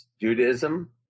Judaism